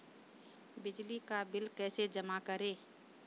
बिजली का बिल कैसे जमा करें?